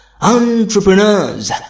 entrepreneurs